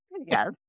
Yes